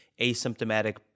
asymptomatic